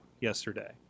yesterday